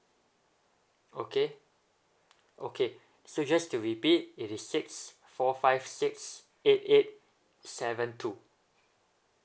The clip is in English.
okay okay so just to repeat it is six four five six eight eight seven two